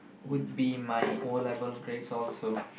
would be my O-level grades also